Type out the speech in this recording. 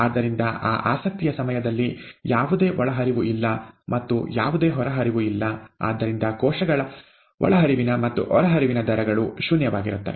ಆದ್ದರಿಂದ ಆ ಆಸಕ್ತಿಯ ಸಮಯದಲ್ಲಿ ಯಾವುದೇ ಒಳಹರಿವು ಇಲ್ಲ ಮತ್ತು ಯಾವುದೇ ಹೊರಹರಿವು ಇಲ್ಲ ಆದ್ದರಿಂದ ಕೋಶಗಳ ಒಳಹರಿವಿನ ಮತ್ತು ಹೊರಹರಿವಿನ ದರಗಳು ಶೂನ್ಯವಾಗಿರುತ್ತವೆ